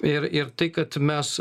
ir ir tai kad mes